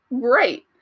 great